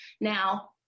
now